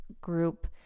group